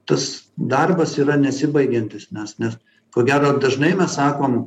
tas darbas yra nesibaigiantis nes nes ko gero dažnai mes sakom